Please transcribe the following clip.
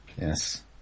Yes